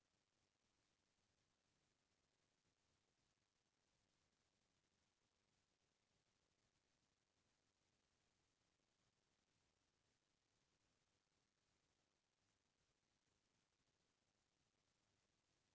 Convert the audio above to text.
आजकाल कोनों ल भी भेंट देना हे त फूल के भेंट ह सबले बड़िहा जिनिस आय